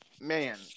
Man